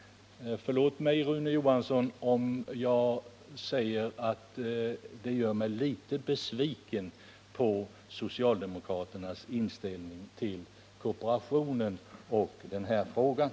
Förlåt mig Rune Johansson, om jag säger att detta gör mig litet besviken på socialdemokraternas inställning till kooperationen och till de här företagen.